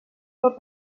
pel